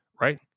Right